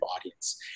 audience